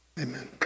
Amen